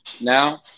now